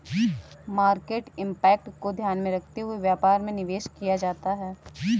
market impact को ध्यान में रखते हुए व्यापार में निवेश किया जाता है